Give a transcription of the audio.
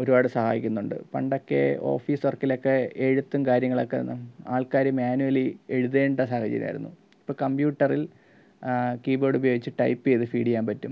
ഒരുപാട് സഹായിക്കുന്നുണ്ട് പണ്ടൊക്കെ ഓഫീസ് വർക്കിലൊക്കെ എഴുത്തും കാര്യങ്ങളൊക്കെ നം ആൾക്കാർ മാനുവലി എഴുതേണ്ട സാഹചര്യമായിരുന്നു ഇപ്പം കമ്പ്യൂട്ടറിൽ കീബോർഡുപയോഗിച്ച് ടൈപ് ചെയ്ത് ഫീഡ് ചെയ്യാൻ പറ്റും